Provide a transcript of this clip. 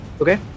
Okay